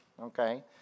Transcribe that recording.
Okay